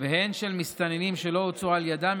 והן של מסתננים שלא הוצאו על ידם,